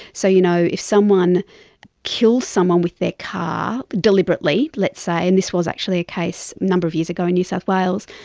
so, you know, if someone killed someone with their car deliberately, let's say, and this was actually a case a number of years ago in new south wales,